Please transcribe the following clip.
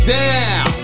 down